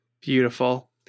Beautiful